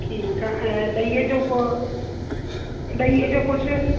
ठीकु आहे ऐं ॾहीअ जो को ॾहीअ जो कुझु